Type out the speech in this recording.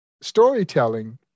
storytelling